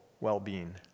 well-being